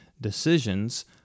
decisions